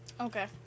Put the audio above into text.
Okay